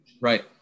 Right